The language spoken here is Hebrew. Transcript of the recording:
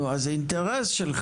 נו, אז זה אינטרס שלך.